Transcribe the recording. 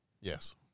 Yes